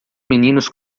meninos